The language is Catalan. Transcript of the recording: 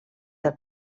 del